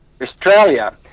Australia